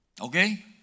okay